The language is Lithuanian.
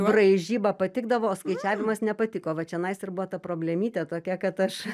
braižyba patikdavo o skaičiavimas nepatiko va čionais ir buvo ta problemytė tokia kad aš